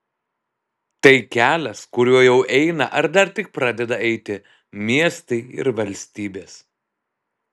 tai kelias kuriuo jau eina ar dar tik pradeda eiti miestai ir valstybės